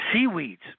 seaweeds